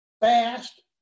fast